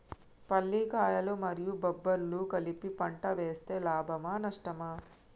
పల్లికాయలు మరియు బబ్బర్లు కలిపి పంట వేస్తే లాభమా? నష్టమా?